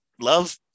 love